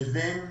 לדווח